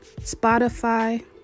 Spotify